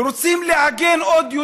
ורוצים לעגן עוד,